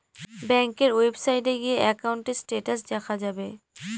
ব্যাঙ্কের ওয়েবসাইটে গিয়ে একাউন্টের স্টেটাস দেখা যাবে